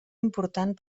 important